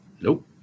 Nope